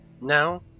now